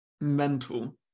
mental